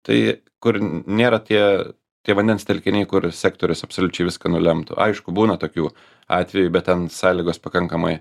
tai kur nėra tie tie vandens telkiniai kur sektorius absoliučiai viską nulemtų aišku būna tokių atvejų bet ten sąlygos pakankamai